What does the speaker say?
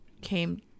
came